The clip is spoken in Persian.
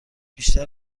بیشتر